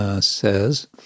Says